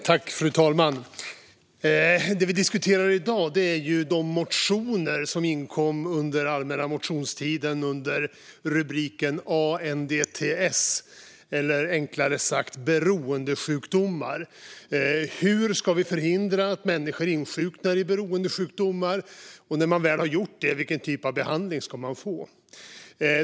Fru talman! Det vi diskuterar i dag är de motioner som inkom under allmänna motionstiden under rubriken ANDTS eller, enklare sagt, beroendesjukdomar. Hur ska vi förhindra att människor insjuknar i beroendesjukdomar? Och när man väl har gjort det - vilken typ av behandling ska man få?